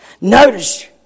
Notice